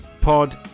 pod